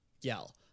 yell